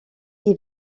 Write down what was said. qui